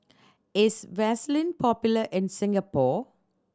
is Vaselin popular in Singapore